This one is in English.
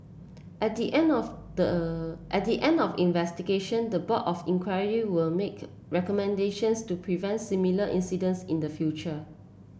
at the end of the at the end of investigation the board of inquiry will make recommendations to prevent similar incidents in the future